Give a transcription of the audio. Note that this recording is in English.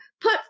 put